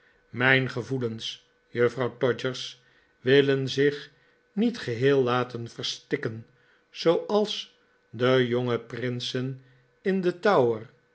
mijn gevoelens juffrouw todgers willen zich niet geheel laten verstikken zooals de jonge prinsen in den tower